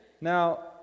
Now